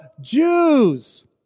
Jews